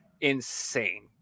insane